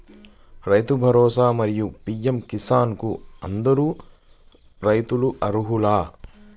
రైతు భరోసా, మరియు పీ.ఎం కిసాన్ కు అందరు రైతులు అర్హులా?